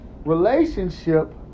relationship